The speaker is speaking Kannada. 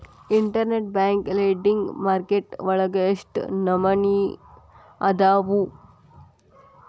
ಇನ್ಟರ್ನೆಟ್ ಬ್ಯಾಂಕ್ ಲೆಂಡಿಂಗ್ ಮಾರ್ಕೆಟ್ ವಳಗ ಎಷ್ಟ್ ನಮನಿಅದಾವು?